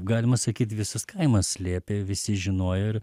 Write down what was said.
galima sakyt visas kaimas slėpė visi žinojo ir